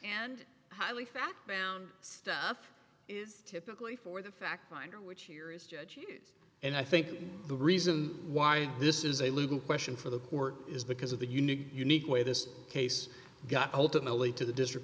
and highly fact bound stuff is typically for the fact finder which here is judge and i think the reason why this is a legal question for the court is because of the unique unique way this case got ultimately to the district